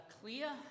clear